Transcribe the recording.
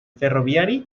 ferroviari